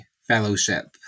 fellowship